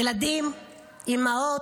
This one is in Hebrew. ילדים, אימהות,